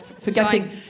forgetting